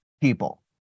people